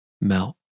melt